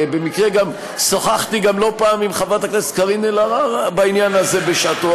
במקרה שוחחתי גם לא פעם עם חברת הכנסת קארין אלהרר בעניין הזה בשעתי,